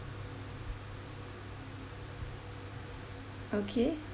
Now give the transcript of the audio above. okay